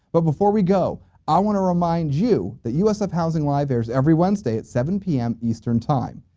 but before we go i want to remind you that usf housing live! airs every wednesday at seven p m. eastern time.